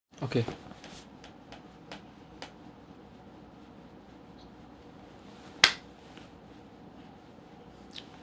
okay